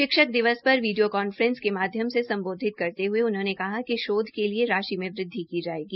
शिक्षक दिवस पर वीडियो कॉन्फ्रेंस के माध्यम से संबोधित करते हुए उन्होंने कहा कि शोध के लिए राशि में वृद्वि की जायेगी